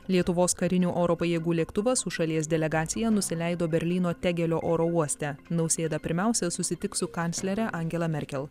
lietuvos karinių oro pajėgų lėktuvas su šalies delegacija nusileido berlyno tegelio oro uoste nausėda pirmiausia susitiks su kanclere angela merkel